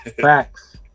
Facts